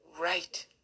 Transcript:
right